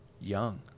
young